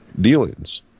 dealings